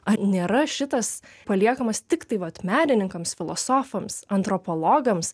ar nėra šitas paliekamas tiktai vat menininkams filosofams antropologams